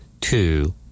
Two